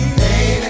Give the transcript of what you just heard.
baby